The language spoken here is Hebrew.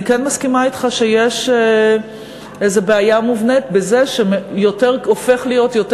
אני מסכימה אתך שיש איזו בעיה מובנית בזה שהופך להיות יותר